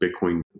Bitcoin